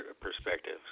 perspective